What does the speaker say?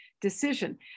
decision